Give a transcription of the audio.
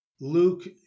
Luke